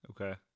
Okay